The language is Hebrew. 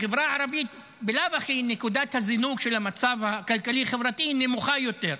בחברה הערבית בלאו הכי נקודת הזינוק של המצב הכלכלי-חברתי נמוכה יותר,